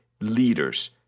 leaders